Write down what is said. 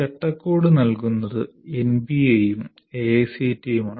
ചട്ടക്കൂട് നൽകുന്നത് എൻബിഎയും എഐസിടിഇയുമാണ്